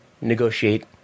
negotiate